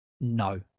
No